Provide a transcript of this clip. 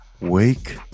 wake